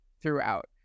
throughout